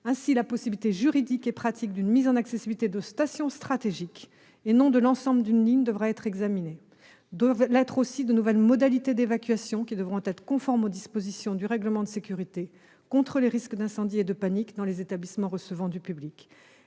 Ainsi, la possibilité juridique et pratique d'une mise en accessibilité de stations stratégiques, et non de l'ensemble d'une ligne, devra être examinée, tout comme devront être aussi examinées de nouvelles modalités d'évacuation, qui devront être conformes aux dispositions du règlement de sécurité contre les risques d'incendie et de panique dans les établissements recevant du public.